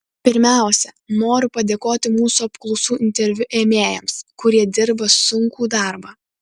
pirmiausia noriu padėkoti mūsų apklausų interviu ėmėjams kurie dirba sunkų darbą